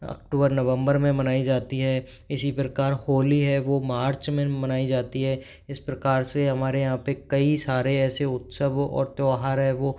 अक्टूबर नवम्बर में मनाई जाती है इसी प्रकार होली है वह मार्च में मनाई जाती है इस प्रकार से हमारे यहाँ पर कई सारे ऐसे उत्सव और त्योहार है वह